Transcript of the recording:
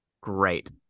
great